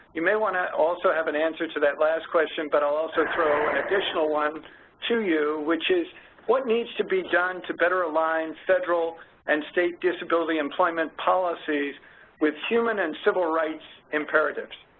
you may want to also have an answer to that last question, but i'll also throw an additional one to you which is what needs to be done to better align federal and state disability employment policies with human and civil rights imperatives?